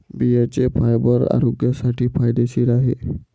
बियांचे फायबर आरोग्यासाठी फायदेशीर आहे